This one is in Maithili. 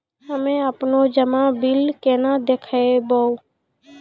हम्मे आपनौ जमा बिल केना देखबैओ?